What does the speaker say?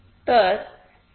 तर हेच आवश्यक आहे